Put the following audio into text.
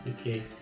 Okay